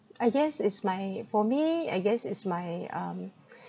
I guess is my for me I guess is my um